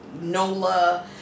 nola